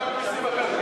?